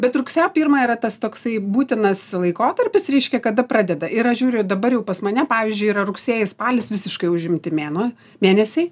bet rugsėjo pirmą yra tas toksai būtinas laikotarpis reiškia kada pradeda ir aš žiūriu dabar jau pas mane pavyzdžiui yra rugsėjis spalis visiškai užimti mėnuo mėnesiai